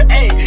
Hey